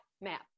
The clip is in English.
map